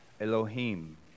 Elohim